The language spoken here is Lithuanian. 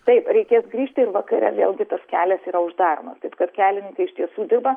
taip reikės grįžti ir vakare vėlgi tas kelias yra uždaromas taip kad kelininkai iš tiesų dirba